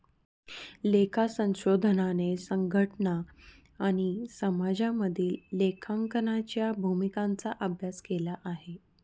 लेखा संशोधनाने संघटना आणि समाजामधील लेखांकनाच्या भूमिकांचा अभ्यास केला आहे